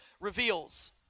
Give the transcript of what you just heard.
reveals